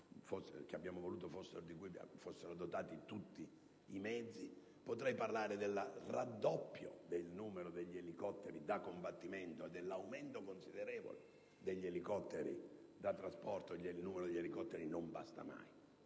cui abbiamo voluto fossero dotati tutti i mezzi. Potrei parlare del raddoppio del numero degli elicotteri da combattimento e dell'aumento considerevole degli elicotteri da trasporto: il numero degli elicotteri non basta mai,